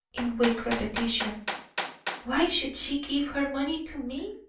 in weak repetition why should she give her money to me?